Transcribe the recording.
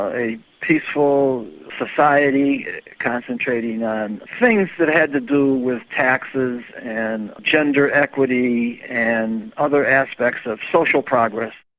a peaceful society concentrating on things that had to do with taxes and gender equity and other aspects of social progress.